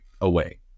away